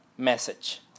message